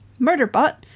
Murderbot